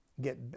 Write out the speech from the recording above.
get